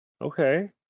okay